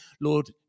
Lord